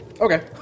Okay